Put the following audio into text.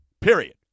period